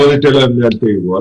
לא ניתן לו לנהל את האירוע.